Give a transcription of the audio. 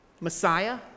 Messiah